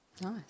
Nice